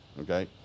okay